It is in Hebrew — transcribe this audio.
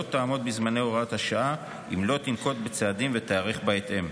תעמוד בזמני הוראת השעה אם לא תנקוט צעדים ותיערך בהתאם.